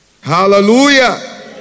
Hallelujah